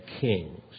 kings